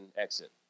exit